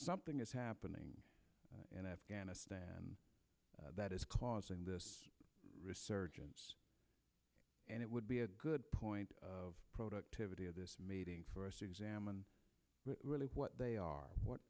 something is happening in afghanistan that is causing this resurgence and it would be a good point of productivity of this meeting for us examine really what they are what